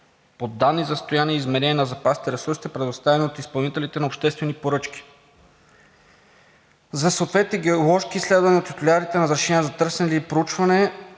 по данни за състоянието и изменението на запасите и ресурсите, предоставени от изпълнителите на обществени поръчки, за съответните геоложки изследвания на титулярите за разрешение на търсене и проучване